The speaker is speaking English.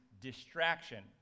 distraction